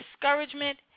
discouragement